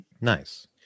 Nice